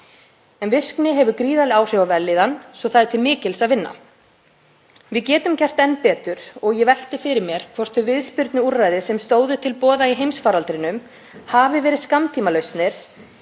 en virkni hefur gríðarleg áhrif á vellíðan svo það er til mikils að vinna. Við getum gert enn betur og ég velti fyrir mér hvort þau viðspyrnuúrræði sem stóðu til boða í heimsfaraldrinum hafi verið skammtímalausn